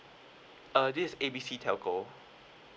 uh this is A B C telco